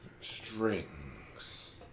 Strings